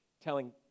telling